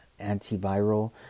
antiviral